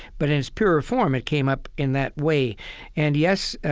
but in its purer form, it came up in that way and, yes,